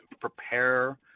prepare